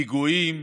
פיגועים,